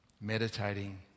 meditating